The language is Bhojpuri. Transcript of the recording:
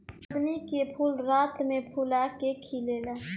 कुमुदिनी के फूल रात में फूला के खिलेला